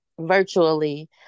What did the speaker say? virtually